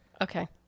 Okay